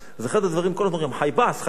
אחד הדברים, כל הזמן אמרו "חיבס", "חיבס".